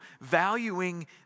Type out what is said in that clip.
valuing